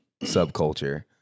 subculture